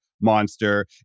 monster